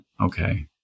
Okay